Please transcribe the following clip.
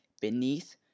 Beneath